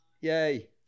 yay